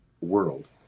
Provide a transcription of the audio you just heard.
world